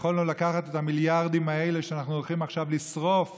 ויכולנו לקחת את המיליארדים האלה שאנחנו הולכים עכשיו לשרוף